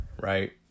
right